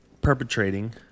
perpetrating